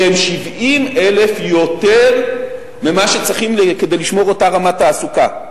שהם 70,000 יותר ממה שצריכים כדי לשמור על אותה רמת תעסוקה.